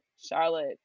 charlotte